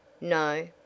No